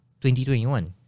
2021